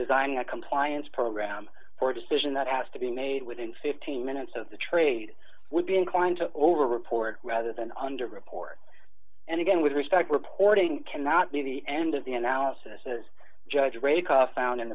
designing a compliance program for a decision that has to be made within fifteen minutes of the trade would be inclined to over report rather than under report and again with respect reporting cannot be the end of the analysis as judge rate fou